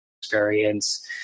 experience